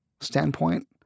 standpoint